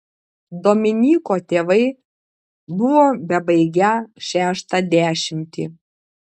dominyko tėvai buvo bebaigią šeštą dešimtį